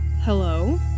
Hello